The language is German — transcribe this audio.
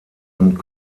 und